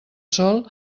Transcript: sòl